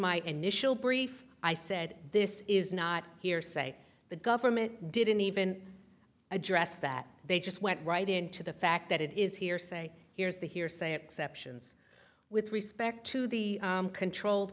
my initial brief i said this is not hearsay the government didn't even address that they just went right into the fact that it is hearsay here's the hearsay exceptions with respect to the controlled